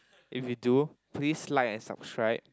if you do please like and subscribe